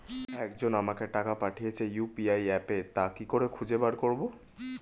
একজন আমাকে টাকা পাঠিয়েছে ইউ.পি.আই অ্যাপে তা কি করে খুঁজে বার করব?